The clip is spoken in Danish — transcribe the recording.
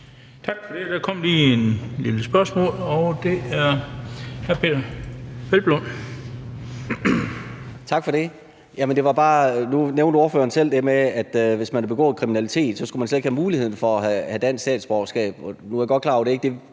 Tak for det. Der kom lige et ønske om en kort bemærkning, og det er fra hr. Peder Hvelplund. Kl. 19:02 Peder Hvelplund (EL): Tak for det. Nu nævnte ordføreren selv det med, at hvis man har begået kriminalitet, skulle man slet ikke have mulighed for at have dansk statsborgerskab. Nu er jeg godt klar over, at det ikke